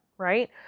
Right